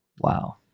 wow